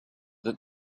that